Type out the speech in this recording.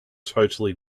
totally